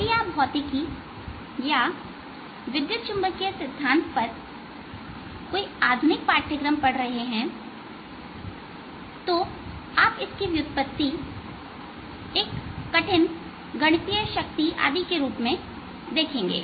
यदि आप भौतिकी या विद्युत चुंबकीय सिद्धांत पर कोई आधुनिक पाठ्यक्रम कर रहे हैं तो आप इसकी व्युत्पत्ति एक कठिन गणितीय रूप में देखेंगे